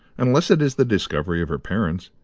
unless it is the discovery of her parents?